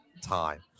time